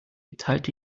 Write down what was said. teilte